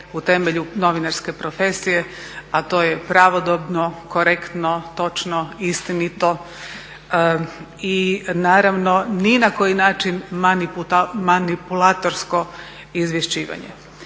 u temelju novinarske profesije, a to je pravodobno, korektno, točno, istinito i naravno ni na koji način manipulatorsko izvješćivanje.